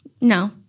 No